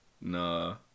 Nah